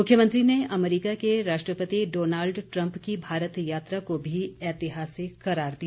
मुख्यमंत्री ने अमेरिका के राष्ट्रपति डोनाल्ड ट्रंप की भारत यात्रा को भी ऐतिहासिक करार दिया